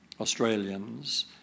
Australians